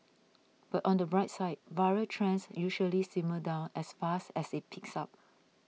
but on the bright side viral trends usually simmer down as fast as it peaks up